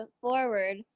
forward